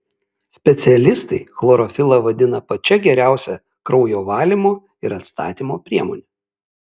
specialistai chlorofilą vadina pačia geriausia kraujo valymo ir atstatymo priemone